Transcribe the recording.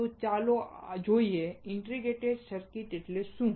તો ચાલો જોઈએ ઇન્ટિગ્રેટેડ સર્કિટ એટલે શું